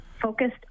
focused